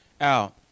out